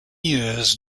years